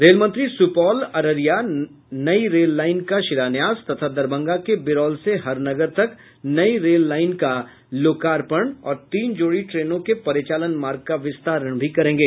रेलमंत्री वे सुपौल अररिया नई रेल लाईन का शिलान्यास तथा दरभंगा के बिरौल से हरनगर तक नई रेल लाईन का लोकार्पण और तीन जोड़ी ट्रेनों के परिचालन मार्ग का विस्तारण भी करेंगे